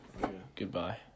Goodbye